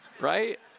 Right